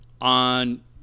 on